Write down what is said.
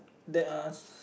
there are s~